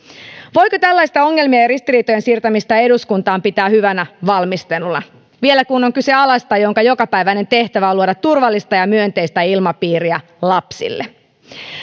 voiko tällaista ongelmien ja ristiriitojen siirtämistä eduskuntaan pitää hyvänä valmisteluna vielä kun on kyse alasta jonka jokapäiväinen tehtävä on luoda turvallista ja myönteistä ilmapiiriä lapsille